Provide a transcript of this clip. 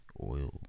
oil